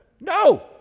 No